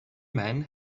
man